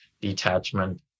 detachment